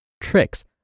tricks